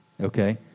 okay